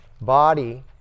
body